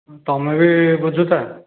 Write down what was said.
ତୁମେ ବି ବୁଝୁଥା